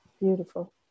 Beautiful